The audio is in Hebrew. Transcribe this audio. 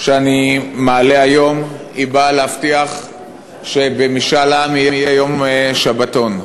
שאני מעלה היום באה להבטיח שבמשאל עם יהיה יום שבתון.